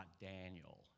Daniel